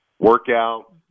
Workout